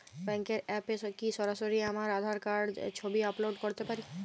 ব্যাংকের অ্যাপ এ কি সরাসরি আমার আঁধার কার্ড র ছবি আপলোড করতে পারি?